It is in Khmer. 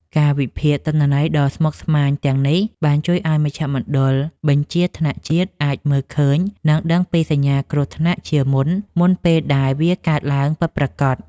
ការវិភាគទិន្នន័យដ៏ស្មុគស្មាញទាំងនេះ បានជួយឱ្យមជ្ឈមណ្ឌលបញ្ជាថ្នាក់ជាតិ អាចមើលឃើញ និងដឹងពីសញ្ញាគ្រោះថ្នាក់ជាមុន មុនពេលដែលវាកើតឡើងពិតប្រាកដ។